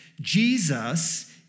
Jesus